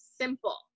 simple